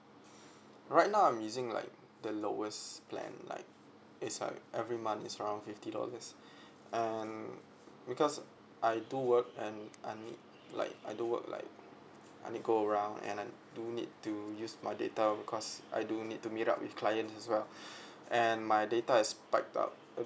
right now I'm using like the lowest plan like it's like every month is around fifty dollars and because I do work and I need like I do work like I need go around and I do need to use my data because I do need to meet up with clients as well and my data is spiked up